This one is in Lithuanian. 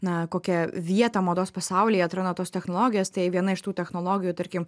na kokią vietą mados pasaulyje turi nu tos technologijos tai viena iš tų technologijų tarkim